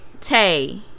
Tay